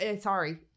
Sorry